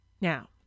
Now